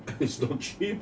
it's not cheap